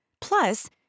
Plus